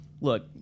Look